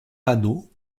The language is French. panneau